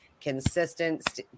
consistent